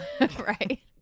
Right